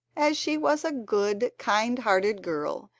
as she was a good, kindhearted girl,